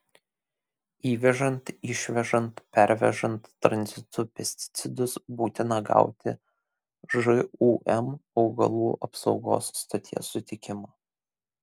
įvežant išvežant pervežant tranzitu pesticidus būtina gauti žūm augalų apsaugos stoties sutikimą